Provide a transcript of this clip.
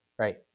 Right